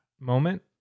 moment